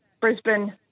Brisbane